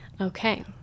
Okay